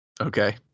Okay